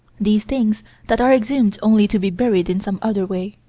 these things that are exhumed only to be buried in some other way.